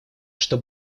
что